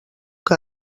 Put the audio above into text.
que